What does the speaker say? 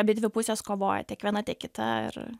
abidvi pusės kovoja tiek viena tiek kita ir